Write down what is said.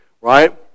right